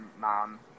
mom